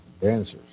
dancers